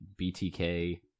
BTK